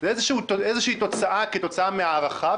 זה בא כתוצאה מהערכה,